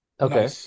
okay